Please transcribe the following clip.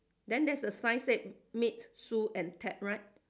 then there's a sign said meet Sue and Ted right